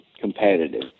competitive